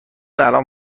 الان